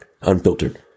Unfiltered